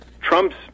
Trump's